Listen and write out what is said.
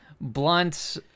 Blunt